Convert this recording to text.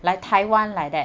like taiwan like that